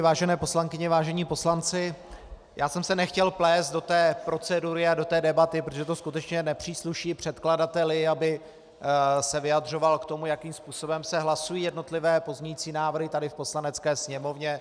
Vážené poslankyně, vážení poslanci, já jsem se nechtěl plést do té procedury a do té debaty, protože to skutečně nepřísluší předkladateli, aby se vyjadřoval k tomu, jakým způsobem se hlasují jednotlivé pozměňující návrhy tady v Poslanecké sněmovně.